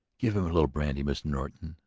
give him a little brandy, mr. norton.